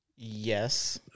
yes